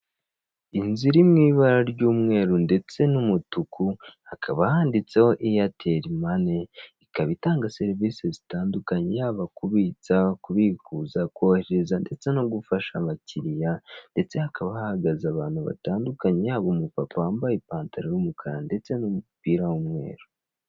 Inzu iri mu ibara ry'umweru ndetse n'umutuku hakaba handitseho eyateri mani, ikaba itanga serivise zitandukanye haba kubitsa, kubikuza, kohereza ndetse no gufasha abakiliya ndetse hakaba hahagaze abantu batandukanye hari umupapa wambaye ipantaro y'umukara ndetse n'umupira w'umweru.